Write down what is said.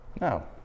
No